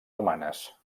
humanes